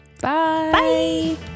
Bye